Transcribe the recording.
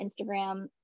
Instagram